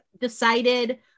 decided